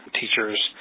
teachers